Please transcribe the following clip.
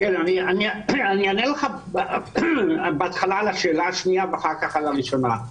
אני אענה לך קודם על השאלה השנייה ואחר כך על הראשונה.